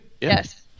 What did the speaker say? Yes